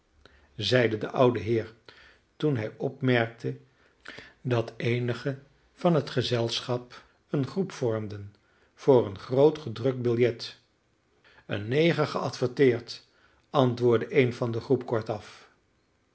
zeide de oude heer toen hij opmerkte dat eenigen van het gezelschap eene groep vormden voor een groot gedrukt biljet een neger geadverteerd antwoordde een van de groep kortaf